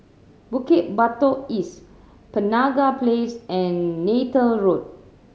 Bukit Batok East Penaga Place and Neythal Road